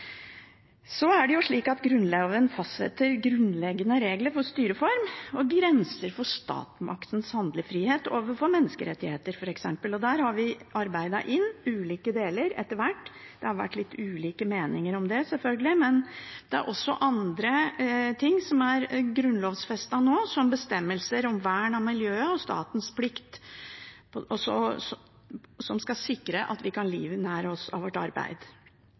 Grunnloven fastsetter grunnleggende regler for styreform og om grenser for statsmaktens handlefrihet i form av menneskerettigheter, f.eks. Der har vi arbeidet inn ulike deler etter hvert. Det har vært litt ulike meninger om det, selvfølgelig, men det er også andre ting som er grunnlovfestet nå, som bestemmelser om vern av miljøet og om statens plikt til å sikre at vi kan livnære oss av vårt arbeid.